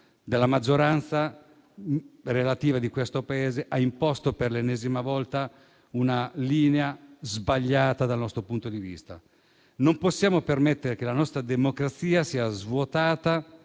della maggioranza relativa di questo Paese ha imposto per l'ennesima volta una linea che dal nostro punto di vista appare sbagliata. Non possiamo permettere che la nostra democrazia sia svuotata